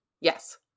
Yes